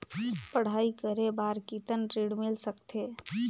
पढ़ाई करे बार कितन ऋण मिल सकथे?